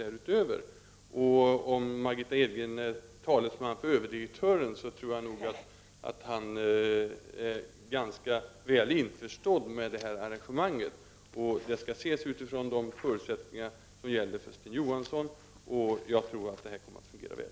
Margitta Edgren gör sig till talesman för överdirektören, men jag tror att han är ganska väl införstådd med detta arrangemang. Det skall ses utifrån de förutsättningar som gäller för en bestämd person, och jag tror att det kommer att fungera väl.